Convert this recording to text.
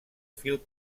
fil